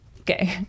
Okay